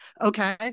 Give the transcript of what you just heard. okay